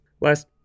Last